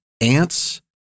ants